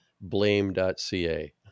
blame.ca